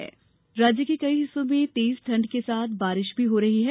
मौसम राज्य के कई हिस्सों में तेज ठंड के साथ बारिष भी हो रही है